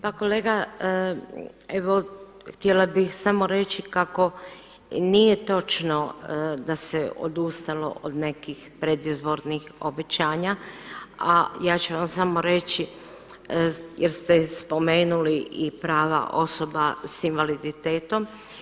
Pa kolega evo htjela bih samo reći kako nije točno da se odustalo od nekih predizbornih obećanja a ja ću vam samo reći jer ste spomenuli i prava osoba sa invaliditetom.